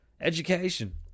Education